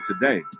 today